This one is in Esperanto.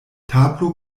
tablo